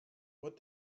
what